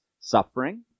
suffering